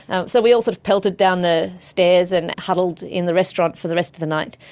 and so we all sort of pelted down the stairs and huddled in the restaurant for the rest of the night.